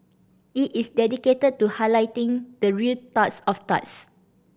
it is dedicated to highlighting the real turds of turds